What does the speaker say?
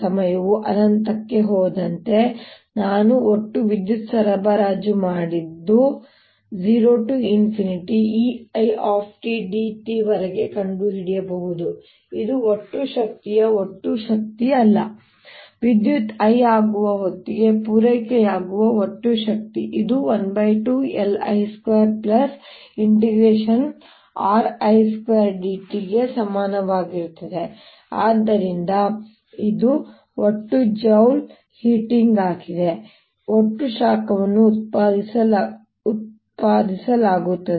ಸಮಯವು ಅನಂತಕ್ಕೆ ಹೋದಂತೆ ನಾನು ಒಟ್ಟು ವಿದ್ಯುತ್ ಸರಬರಾಜು ಮಾಡಿದ 0ϵItdt ವರೆಗೆ ಕಂಡುಹಿಡಿಯಬಹುದು ಇದು ಒಟ್ಟು ಶಕ್ತಿಯ ಒಟ್ಟು ಶಕ್ತಿಯಲ್ಲ ವಿದ್ಯುತ್ I ಆಗುವ ಹೊತ್ತಿಗೆ ಪೂರೈಕೆಯಾಗುವ ಒಟ್ಟು ಶಕ್ತಿ ಇದು 12LI2RI2dt ಸಮಾನವಾಗಿರುತ್ತದೆ ಆದ್ದರಿಂದ ಇದು ಒಟ್ಟು ಜೌಲ್ ಹೀಟಿಂಗ್ ಆಗಿದೆ ಒಟ್ಟು ಶಾಖವನ್ನು ಉತ್ಪಾದಿಸಲಾಗುತ್ತದೆ